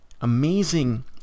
amazing